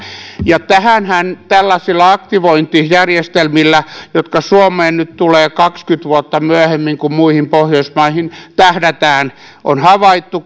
tähänhän tällaisilla aktivointijärjestelmillä jotka suomeen nyt tulevat kaksikymmentä vuotta myöhemmin kuin muihin pohjoismaihin tähdätään on havaittu